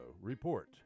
Report